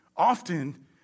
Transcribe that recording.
Often